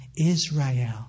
Israel